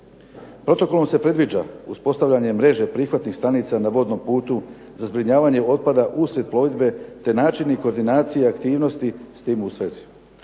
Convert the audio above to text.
Protokolom se predviđa uspostavljanje mreže prihvatnih stanica na vodnom putu za zbrinjavanje otpada uslijed plovidbe te način i koordinacija aktivnosti s tim u svezi.